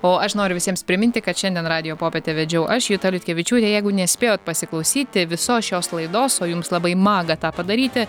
o aš noriu visiems priminti kad šiandien radijo popietę vedžiau aš juta liutkevičiūtė jeigu nespėjot pasiklausyti visos šios laidos o jums labai maga tą padaryti